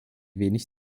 wenig